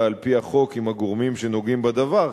על-פי החוק עם הגורמים שנוגעים בדבר,